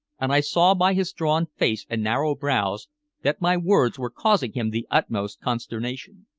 and i saw by his drawn face and narrow brows that my words were causing him the utmost consternation.